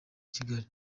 kigali